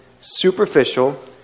superficial